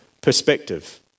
perspective